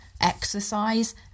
exercise